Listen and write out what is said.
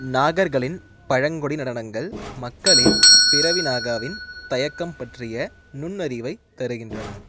நாகர்களின் பழங்குடி நடனங்கள் மக்களின் பிறவி நாகாவின் தயக்கம் பற்றிய நுண்ணறிவை தருகின்றன